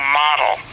model